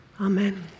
Amen